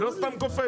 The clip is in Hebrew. היא לא סתם קופצת.